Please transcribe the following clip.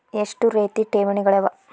ಎಷ್ಟ ರೇತಿ ಠೇವಣಿಗಳ ಅವ?